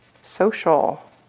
social